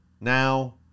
Now